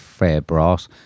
Fairbrass